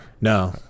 no